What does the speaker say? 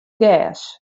gers